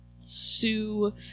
sue